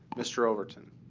mr. overton?